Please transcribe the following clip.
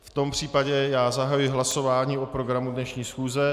V tom případě zahajuji hlasování o programu dnešní schůze.